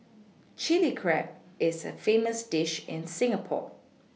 Chilli Crab is a famous dish in Singapore